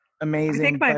amazing